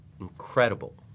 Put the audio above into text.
Incredible